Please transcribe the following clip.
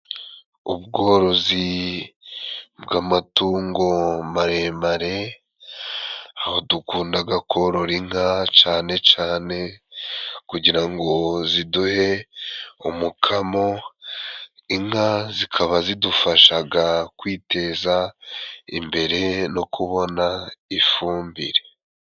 Ubworozi bw'amatungo maremare aho dukundaga korora inka cane cane, kugira ngo ziduhe umukamo, inka zikaba zidufashaga kwiteza imbere no kubona ifumbire.